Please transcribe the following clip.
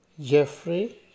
Jeffrey